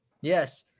Yes